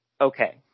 okay